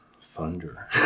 Thunder